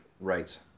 Right